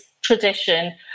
tradition